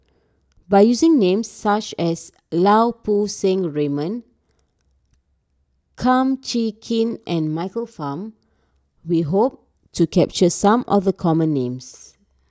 by using names such as Lau Poo Seng Raymond Kum Chee Kin and Michael Fam we hope to capture some of the common names